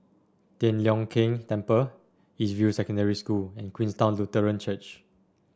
Tian Leong Keng Temple East View Secondary School and Queenstown Lutheran Church